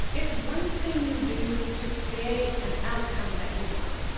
it's one thing you do to create an outcome that you want.